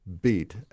beat